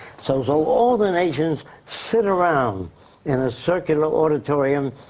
so so, all the nations sit around in a circular auditorium,